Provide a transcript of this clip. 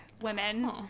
women